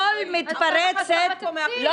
כל מתפרצת --- כל